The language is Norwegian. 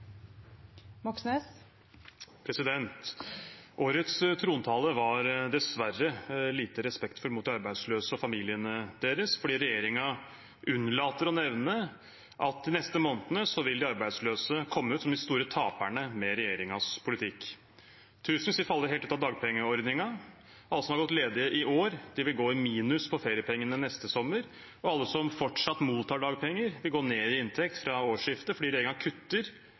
Årets trontale var dessverre lite respektfull mot de arbeidsløse og familiene deres, fordi regjeringen unnlater å nevne at de neste månedene vil de arbeidsløse komme ut som de store taperne med regjeringens politikk. Tusenvis vil falle helt ut av dagpengeordningen. Alle som har gått ledige i år, vil gå i minus på feriepengene neste sommer, og alle som fortsatt mottar dagpenger, vil gå ned i inntekt fra årsskiftet fordi regjeringen kutter